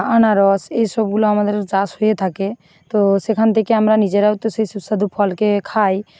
আনারস এসবগুলো আমাদের চাষ হয়ে থাকে তো সেখান থেকে আমরা নিজেরাও তো সে সুস্বাদু ফল খেয়ে খাই